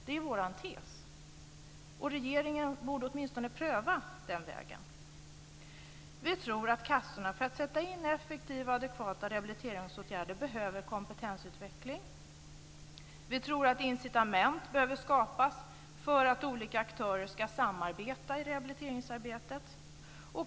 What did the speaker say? Det är vår tes. Regeringen borde åtminstone pröva den vägen. Vi tror att kassorna för att sätta in effektiva och adekvata rehabiliteringsåtgärder behöver kompetensutveckling. Vi tror att incitament behöver skapas för att olika aktörer ska samarbeta i rehabiliteringsarbetet.